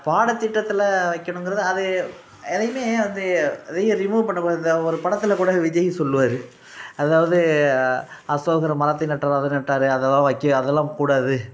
பாடத்திட்டத்தில் வைக்கணுங்கிறது அது எதையுமே வந்து ரி ரிமூவ் பண்ண இந்த ஒரு படத்தில் கூட விஜய் சொல்லுவார் அதாவது அசோகர் மரத்தை நடுறார் அது நட்டார் அதெல்லாம் வைக்க அதெல்லாம் கூடாது